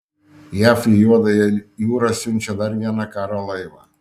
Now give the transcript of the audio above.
jav į juodąją jūrą siunčia dar vieną karo laivą